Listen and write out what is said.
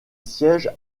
siège